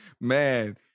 man